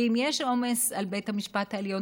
ואם יש עומס על בית המשפט העליון,